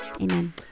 amen